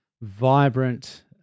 vibrant